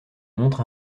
montre